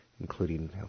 including